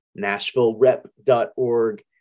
nashvillerep.org